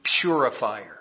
purifier